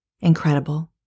Incredible